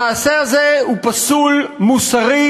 המעשה הזה הוא פסול מוסרית,